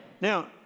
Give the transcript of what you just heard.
Now